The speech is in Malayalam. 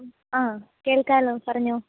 ആ കേൾക്കാമല്ലോ പറഞ്ഞോ